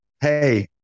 Hey